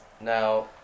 Now